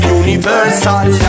universal